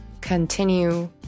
continue